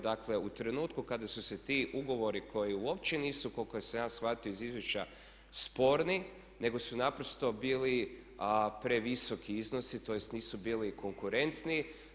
Dakle, u trenutku kada su se ti ugovori koji uopće nisu koliko sam ja shvatio iz izvješća sporni, nego su naprosto bili previsoki iznosi, tj. nisu bili konkurentni.